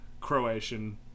Croatian